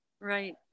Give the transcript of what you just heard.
Right